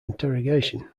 interrogation